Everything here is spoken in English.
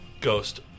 Ghost